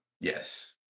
yes